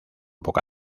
poca